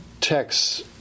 Texts